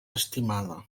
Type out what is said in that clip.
estimada